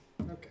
Okay